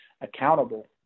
accountable